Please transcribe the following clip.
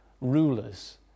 rulers